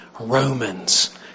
Romans